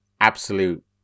absolute